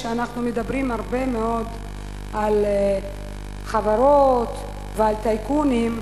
שאנחנו מדברים הרבה מאוד על חברות ועל טייקונים,